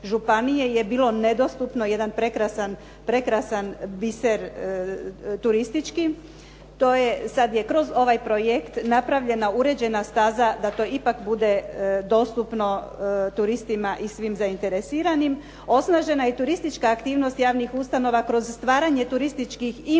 je bilo nedostupno, jedan prekrasan biser turistički. To je sad kroz ovaj projekt napravljena, uređena staza da to ipak bude dostupno turistima i svim zainteresiranim. Osnažena je i turistička aktivnost javnih ustanova kroz stvaranje turističkih info